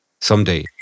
someday